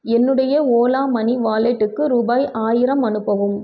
என்னுடைய ஓலா மணி வாலெட்டுக்கு ரூபாய் ஆயிரம் அனுப்பவும்